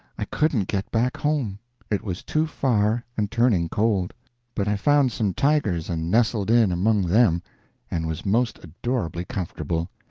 i couldn't get back home it was too far and turning cold but i found some tigers and nestled in among them and was most adorably comfortable,